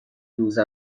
روز